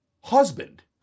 husband